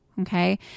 Okay